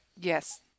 Yes